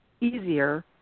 easier